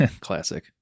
classic